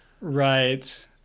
Right